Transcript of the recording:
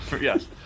Yes